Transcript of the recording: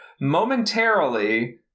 Momentarily